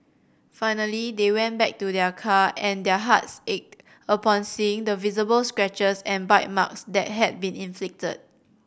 finally they went back to their car and their hearts ached upon seeing the visible scratches and bite marks that had been inflicted